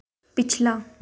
पिछला